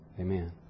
Amen